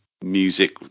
music